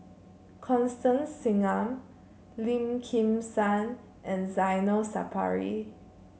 Constance Singam Lim Kim San and Zainal Sapari